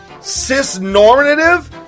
cis-normative